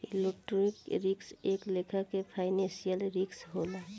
liquidity risk एक लेखा के फाइनेंशियल रिस्क होला